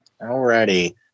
Already